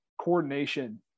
coordination